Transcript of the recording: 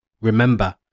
remember